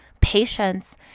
patience